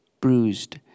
bruised